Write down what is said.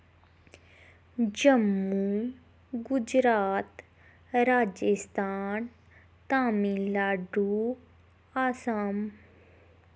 Jammu Gujarat Rajasthan Tamil Nadu Assam